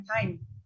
time